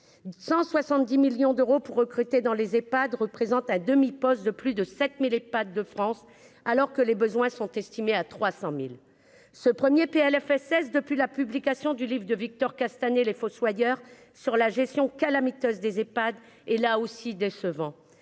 170 millions d'euros pour recruter dans les EPHAD représente à demi-poste de plus de 7000 pas de France, alors que les besoins sont estimés à 300000 ce premier Plfss depuis la publication du livre de Victor Castanet les fossoyeurs, sur la gestion calamiteuse des Ephad et là aussi décevant,